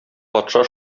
патша